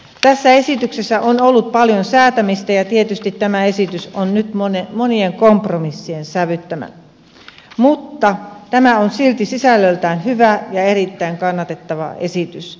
tässä esityksessä on ollut paljon säätämistä ja tietysti tämä esitys on nyt monien kompromissien sävyttämä mutta tämä on silti sisällöltään hyvä ja erittäin kannatettava esitys